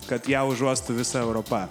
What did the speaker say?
kad ją užuostų visa europa